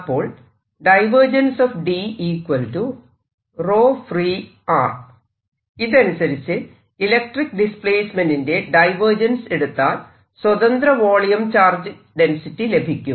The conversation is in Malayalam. അപ്പോൾ ഇതനുസരിച്ച് ഇലക്ട്രിക് ഡിസ്പ്ലേസ്മെന്റിന്റെ ഡൈവേർജൻസ് എടുത്താൽ സ്വതന്ത്ര വോളിയം ചാർജ് ഡെൻസിറ്റി ലഭിക്കും